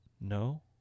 No